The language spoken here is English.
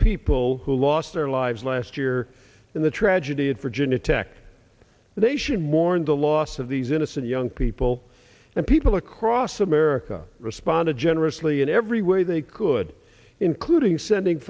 people who lost their lives last year in the tragedy at virginia tech the nation mourned the loss of these innocent young people and people across america responded generously in every way they could including sending